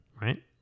right